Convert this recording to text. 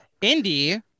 Indy